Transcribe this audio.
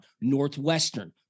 Northwestern